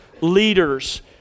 leaders